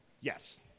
Yes